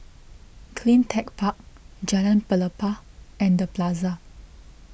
CleanTech Park Jalan Pelepah and the Plaza